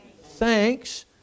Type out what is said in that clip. thanks